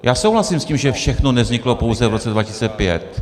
Já souhlasím s tím, že všechno nevzniklo pouze v roce 2005.